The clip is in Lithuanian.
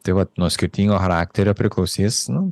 tai vat nuo skirtingo charakterio priklausys nu